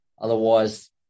Otherwise